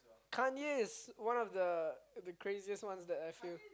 Kanye is one of the craziest one that I feel